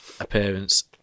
appearance